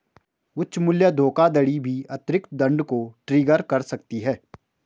उच्च मूल्य धोखाधड़ी भी अतिरिक्त दंड को ट्रिगर कर सकती है